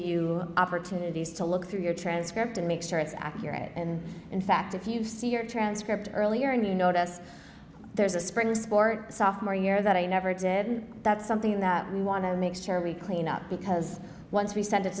you opportunities to look through your transcript and make sure it's accurate and in fact if you see your transcript earlier and you notice there's a spring sport sophomore year that i never did that's something that we want to make sure we clean up because once we send it